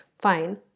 fine